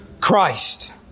Christ